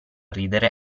ridere